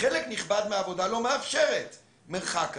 חלק נכבד מהעבודה לא מאפשרת מרחק כזה.